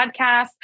podcast